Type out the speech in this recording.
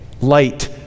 Light